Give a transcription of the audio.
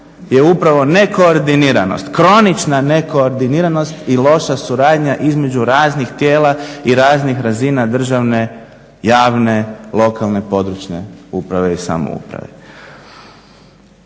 je upravo nekoordiniranost, kronična nekoordiniranost i loša suradnja između raznih tijela i raznih razina državne, javne, lokalne, područne uprave i samouprave.